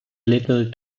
little